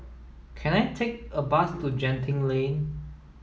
can I take a bus to Genting Lane